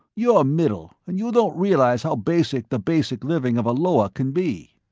you're a middle and you don't realize how basic the basic living of a lower can be.